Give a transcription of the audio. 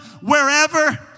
wherever